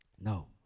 No